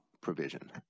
provision